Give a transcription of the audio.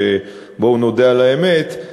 שבואו נודה על האמת,